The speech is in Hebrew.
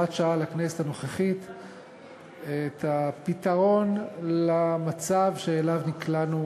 הנוכחית, את הפתרון למצב שאליו נקלענו